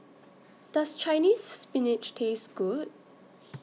Does Chinese Spinach Taste Good